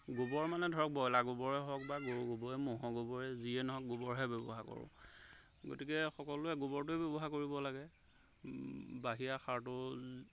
গোবৰ মানে ধৰক ব্ৰইলাৰ গোবৰে হওক বা গৰু গোবৰেই ম'হৰ গোবৰে যিয়ে নহওক গোবৰহে ব্যৱহাৰ কৰোঁ গতিকে সকলোৱে গোবৰটোৱে ব্যৱহাৰ কৰিব লাগে বাহিৰা সাৰটো